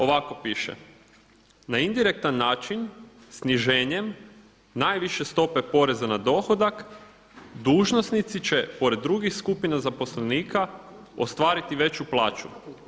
Ovako piše: Na indirektan način sniženjem najviše stope poreza na dohodak dužnosnici će pored drugih skupina zaposlenika ostvariti veću plaću.